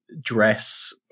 dress